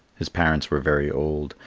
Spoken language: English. his parents were very old,